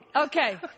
Okay